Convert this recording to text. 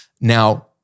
Now